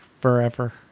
forever